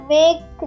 make